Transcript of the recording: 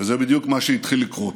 וזה בדיוק מה שהתחיל לקרות.